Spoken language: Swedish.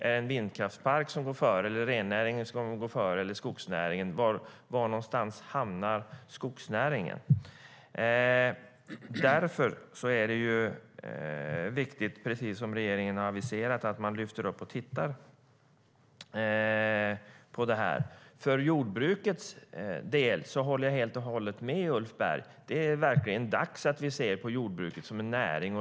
Är det en vindkraftspark som går före, är det rennäringen som går före eller är det skogsnäringen? Var hamnar skogsnäringen? För jordbrukets del håller jag helt och hållet med Ulf Berg. Det är verkligen dags att vi ser på jordbruket som en näring.